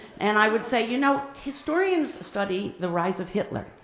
and i would say, you know, historians study the rise of hitler.